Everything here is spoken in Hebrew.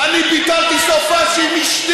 אורן חזן אומר לו: אני ביטלתי סופ"ש עם אשתי,